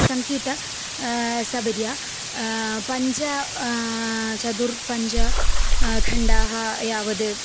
सङ्गीतं सबर्या पञ्च चतुर्थः पञ्च खण्डाः यावद्